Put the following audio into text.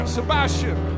Sebastian